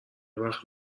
وقت